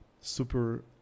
super